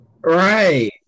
Right